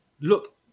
look